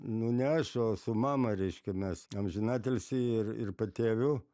nuneš o su mama reiškia mes amžinatilsį ir ir patėviu